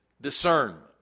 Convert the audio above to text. discernment